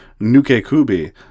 Nuke-Kubi